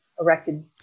erected